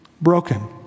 Broken